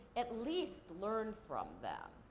at least learn from them.